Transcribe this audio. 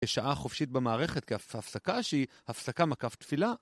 שעה חופשית במערכת כהפסקה שהיא הפסקה מקף תפילה.